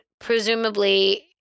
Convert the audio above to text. presumably